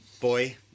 boy